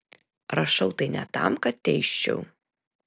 rašau tai ne tam kad teisčiau